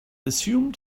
assumed